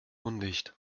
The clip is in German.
undicht